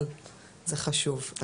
אבל זה חשוב.